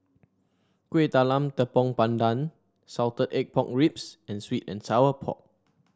Kuih Talam Tepong Pandan Salted Egg Pork Ribs and sweet and Sour Pork